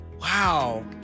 Wow